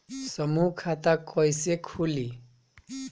समूह खाता कैसे खुली?